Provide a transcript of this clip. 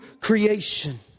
creation